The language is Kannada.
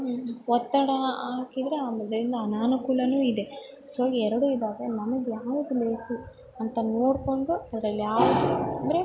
ಒತ್ತಡ ಹಾಕಿದ್ರೆ ಆಮೇಲಿಂದ ಅನಾನುಕೂಲವು ಇದೆ ಸೊ ಎರಡೂ ಇದ್ದಾವೆ ನಮಗೆ ಯಾವುದು ಲೇಸು ಅಂತ ನೋಡ್ಕೊಂಡು ಅದ್ರಲ್ಲಿ ಯಾವುದು ಅಂದರೆ